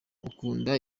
ukunda